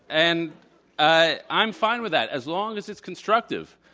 and i'm fine with that as long as it's constructive.